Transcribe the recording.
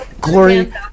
Glory